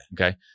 Okay